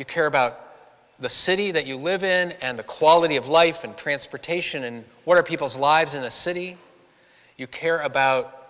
you care about the city that you live in and the quality of life and transportation and what are people's lives in the city you care about